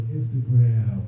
Instagram